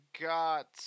got